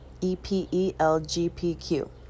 E-P-E-L-G-P-Q